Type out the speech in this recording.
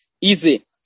easy